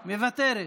מוותרת,